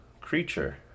creature